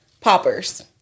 poppers